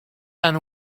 than